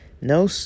no